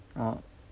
oh